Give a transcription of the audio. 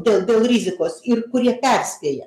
dėl dėl rizikos ir kurie perspėja